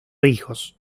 hijos